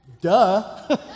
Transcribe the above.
Duh